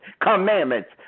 commandments